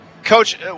Coach